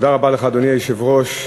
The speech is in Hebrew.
אדוני היושב-ראש,